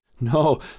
No